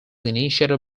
initiated